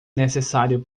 necessário